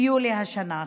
ביולי השנה.